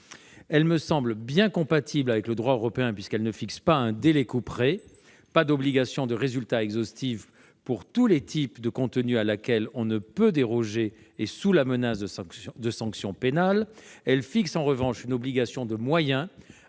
Elle me semble compatible avec le droit européen, puisqu'elle ne fixe ni délai couperet ni obligation de résultat exhaustif pour tous les types de contenus à laquelle on ne peut déroger et sous la menace de sanctions pénales. Elle fixe, en revanche, une obligation de moyens,